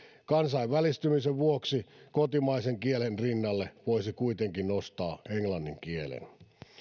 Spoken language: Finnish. kansainvälistymisen vuoksi kotimaisen kielen rinnalle voisi kuitenkin nostaa englannin kielen